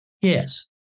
Yes